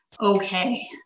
Okay